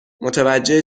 متوجه